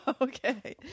Okay